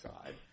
side